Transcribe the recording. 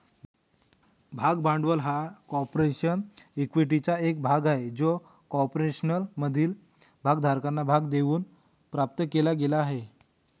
भाग भांडवल हा कॉर्पोरेशन इक्विटीचा एक भाग आहे जो कॉर्पोरेशनमधील भागधारकांना भाग देऊन प्राप्त केला गेला आहे